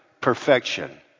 Perfection